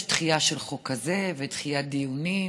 יש דחייה של חוק כזה ודחיית דיונים.